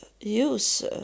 use